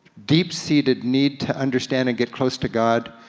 deep-seated need to understand and get close to god.